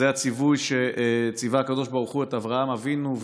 זה הציווי שציווה הקדוש ברוך הוא את אברהם אבינו,